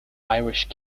irish